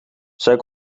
zij